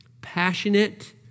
passionate